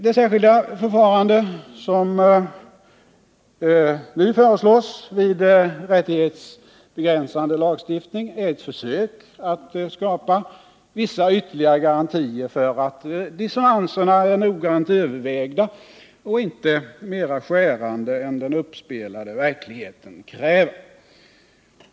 Det särskilda förfarande som nu föreslås vid rättighetsbegränsande lagstiftning är ett försök att skapa ytterligare garantier för att dissonanserna är noggrant övervägda och inte mera skärande än den uppspelade verkligheten kräver.